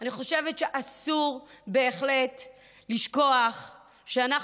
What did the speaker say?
אני חושבת שאסור בהחלט לשכוח שאנחנו,